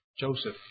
Joseph